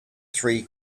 three